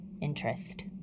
interest